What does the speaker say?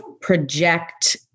project